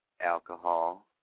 alcohol